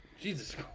Jesus